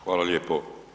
Hvala lijepo.